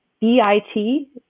B-I-T